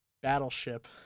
Battleship